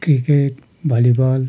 cricket volleyball